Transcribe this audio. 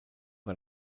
war